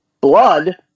blood